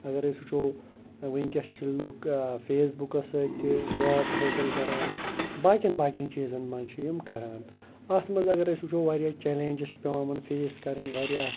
اگر أسۍ وٕچھو وٕنکٮ۪س چھِ لُکھ فیس بُکَس سۭتۍ تہِ جاب حٲصِل کَران باقٕیَن باقٕیَن چیٖزَن منٛز چھِ یِم کَران اَتھ منٛز اگر أسۍ وٕچھو وارِیاہ چیلینٛجِز چھِ پٮ۪وان یِمَن فیس کَرٕنۍ وارِیاہ